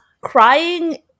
crying